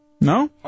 No